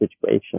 situation